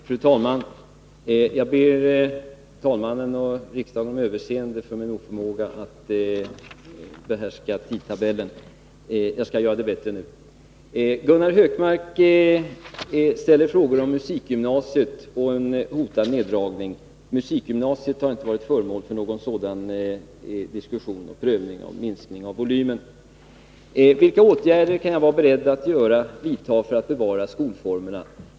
Fru talman! Jag ber förste vice talmannen och riksdagen om överseende för min oförmåga att behärska tidtabellen, jag skall göra det bättre nu. Gunnar Hökmark ställer frågor om musikgymnasiet och om en hotad nedläggning. Musikgymnasiet har inte varit föremål för någon sådan diskussion, och någon prövning av en minskning av volymen har inte skett. Han frågar vilka åtgärder jag är beredd att vidta för att bevara skolformerna.